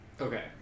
okay